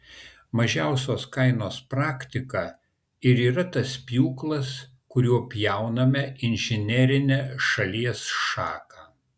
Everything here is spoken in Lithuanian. mažiausios kainos praktika ir yra tas pjūklas kuriuo pjauname inžinerinę šalies šaką